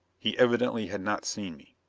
he evidently had not seen me.